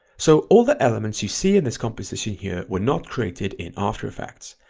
so all the elements you see in this composition here were not created in after effects,